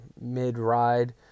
mid-ride